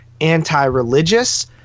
anti-religious